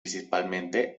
principalmente